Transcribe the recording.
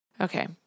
Okay